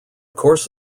course